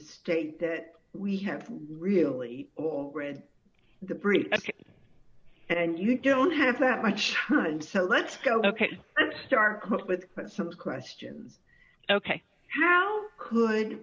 state that we have really or read the brief and you don't have that much time so let's go ok let's start with some questions ok how could